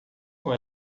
com